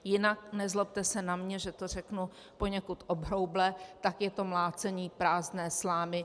Jinak, nezlobte se na mě, že to řeknu poněkud obhrouble, je to mlácení prázdné slámy.